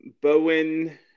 Bowen